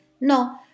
No